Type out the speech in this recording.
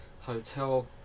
hotel